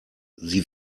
sie